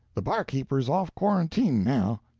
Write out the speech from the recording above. the barkeeper's off quarantine now.